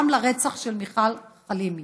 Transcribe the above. גם לרצח של מיכל חלימי,